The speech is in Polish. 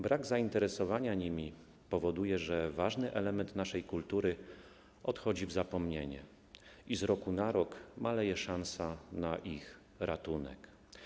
Brak zainteresowania nimi powoduje, że ważny element naszej kultury odchodzi w zapomnienie i z roku na rok maleje szansa na ich ratunek.